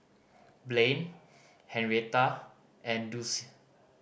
Blaine Henrietta and Dulcie